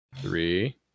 Three